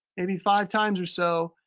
maybe five times or so,